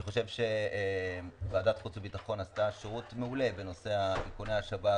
אני חושב שוועדת החוץ והביטחון עשתה שירות מעולה בנושא איכוני השב"כ,